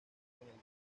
conjunto